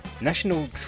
National